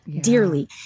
dearly